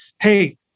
Hey